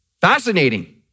Fascinating